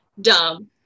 dumb